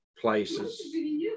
places